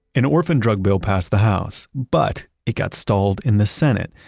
an orphan drug bill passed the house. but! it got stalled in the senate,